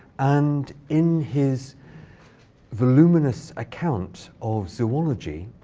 and in his voluminous account of zoology,